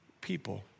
people